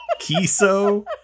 kiso